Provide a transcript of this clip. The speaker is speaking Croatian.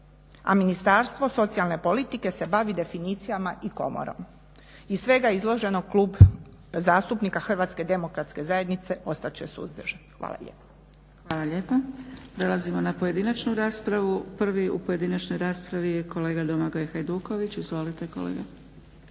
A Ministarstvo socijalne politike se bavi definicijama i komorom. Iz svega izloženog Klub zastupnika HDZ-a ostat će suzdržan. Hvala lijepa. **Zgrebec, Dragica (SDP)** Hvala lijepa. Prelazimo na pojedinačnu raspravu. Prvi u pojedinačnoj raspravi je kolega Domagoj Hajduković. Izvolite kolega.